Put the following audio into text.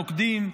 נוקדים,